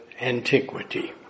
antiquity